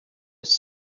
his